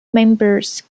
members